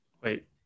Wait